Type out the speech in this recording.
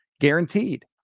Guaranteed